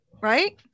Right